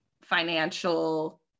financial